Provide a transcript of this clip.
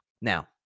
now